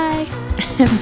Bye